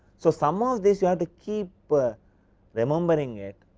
so, some of these you have to keep but remembering it,